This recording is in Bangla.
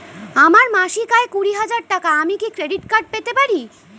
আমার মাসিক আয় কুড়ি হাজার টাকা আমি কি ক্রেডিট কার্ড পেতে পারি?